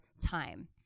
time